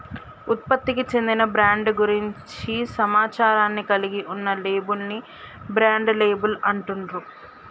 ఉత్పత్తికి చెందిన బ్రాండ్ గురించి సమాచారాన్ని కలిగి ఉన్న లేబుల్ ని బ్రాండ్ లేబుల్ అంటుండ్రు